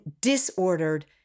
disordered